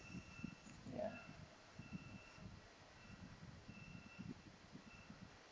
ya